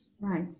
Right